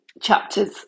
chapters